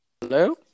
Hello